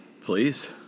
Please